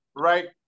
right